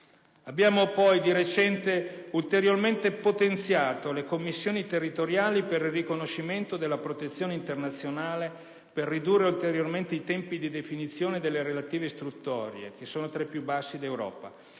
Abbiamo di recente ulteriormente potenziato le Commissioni territoriali per il riconoscimento della protezione internazionale per ridurre ulteriormente i tempi di definizione delle relative istruttorie che, comunque, sono tra i più bassi d'Europa.